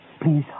Please